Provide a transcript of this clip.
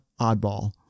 Oddball